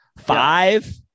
five